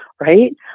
right